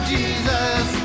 Jesus